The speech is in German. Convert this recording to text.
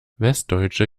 westdeutsche